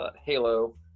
Halo